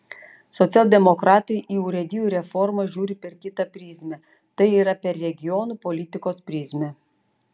socialdemokratai į urėdijų reformą žiūri per kitą prizmę tai yra per regionų politikos prizmę